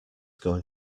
going